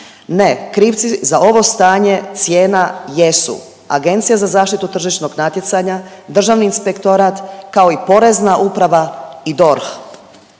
Ne, krivci za ovo stanje cijena jesu Agencija za zaštitu tržišnog natjecanja, Državni inspektorat kao i Porezna uprava i DORH.